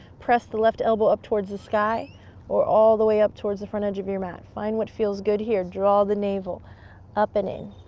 press the left elbow up towards the sky or all the way up towards the front edge of your mat. find what feels good here. draw the navel up and in.